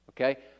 okay